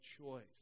choice